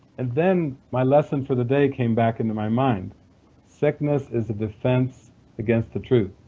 and then my lesson for the day came back into my mind sickness is a defense against the truth.